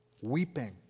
weeping